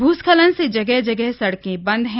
भूस्खलन से जगह जगह सड़कें बंद हैं